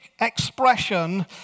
expression